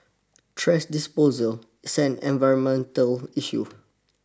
trash disposal is an environmental issue